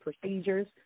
procedures